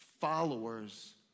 followers